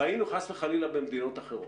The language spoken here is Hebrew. ראינו חס וחלילה במדינות אחרות.